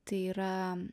tai yra